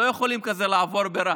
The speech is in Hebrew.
לא יכולים כזה לעבור ברהט.